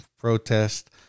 protest